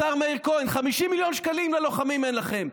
השר מאיר כהן, 50 מיליון שקלים ללוחמים אין לכם.